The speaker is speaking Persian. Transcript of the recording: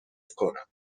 کنم